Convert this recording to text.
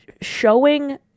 showing